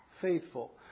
faithful